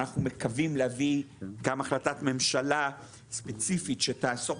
אנחנו מקווים להביא גם החלטת ממשלה ספציפית שתעסוק